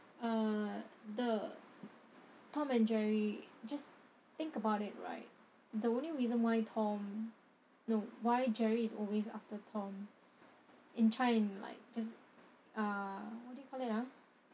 uh the tom and jerry just think about it right the only reason why tom no why jerry is always after tom and try and like just uh what do you call it ah